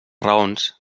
raons